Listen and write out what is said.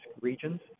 regions